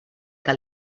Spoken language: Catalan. que